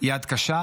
יד קשה,